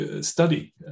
study